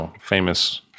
famous